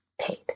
paid